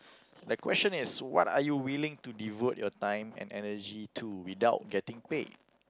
the question is what are you willing to devote your time and energy to without getting pay